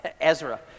Ezra